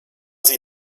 sie